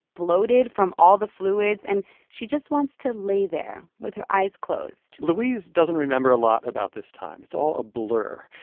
bloated from all the fluids, and she just wants to lay there with her eyes closed louise doesn't remember a lot about this time. it's all a blur.